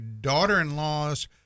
daughter-in-law's